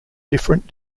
different